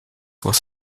was